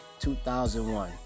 2001